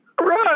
Run